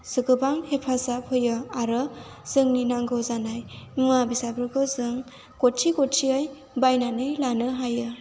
गोबां हेफाजाब होयो आरो जोंनि नांगौ जानाय मुवा बेसादफोरखौ जों गरसे गरसेयै बायनानै लानो हायो